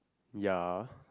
ya